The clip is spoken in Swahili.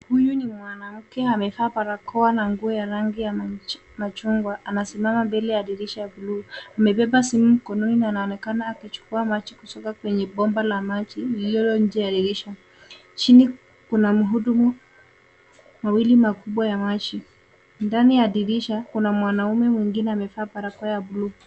Huyu ni mwanamke amevaa barakoa na nguo ya rangi ya machungwa anasimama mbele ya dirisha ya blue . Amebeba simu mkononi na anaonekana maji kutoka kwenye pomba la maji lililo nje ya dirisha. Chini kuna mhudumu mawili makubwa ya maji ndani ya dirisha kuna mwanaume mwingine amevaa barakoa ya blue .